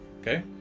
okay